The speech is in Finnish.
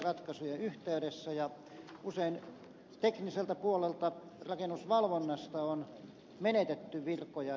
ratkaisujen yhteydessä ja usein tekniseltä puolelta rakennusvalvonnasta on menetetty virkoja